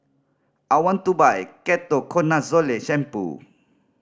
I want to buy Ketoconazole Shampoo